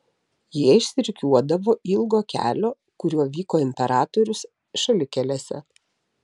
jie išsirikiuodavo ilgo kelio kuriuo vyko imperatorius šalikelėse